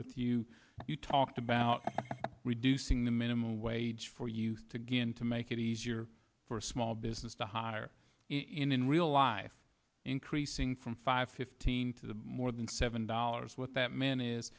with you you talked about reducing the minimum wage for youth again to make it easier for small business to hire in real life increasing from five fifteen to more than seven dollars what that man is